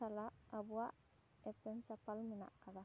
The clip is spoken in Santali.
ᱥᱟᱞᱟᱜ ᱟᱵᱚᱣᱟᱜ ᱮᱯᱮᱢ ᱪᱟᱯᱟᱞ ᱢᱮᱱᱟᱜ ᱟᱠᱟᱫᱟ